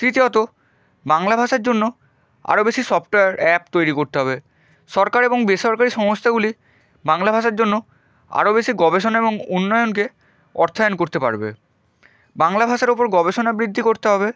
তৃতীয়ত বাংলা ভাষার জন্য আরও বেশি সফ্টওয়্যার অ্যাপ তৈরি করতে হবে সরকার এবং বেসরকারি সংস্থাগুলি বাংলা ভাষার জন্য আরও বেশি গবেষণা এবং উন্নয়নকে অর্থায়ন করতে পারবে বাংলা ভাষার উপর গবেষণা বৃদ্ধি করতে হবে